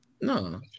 No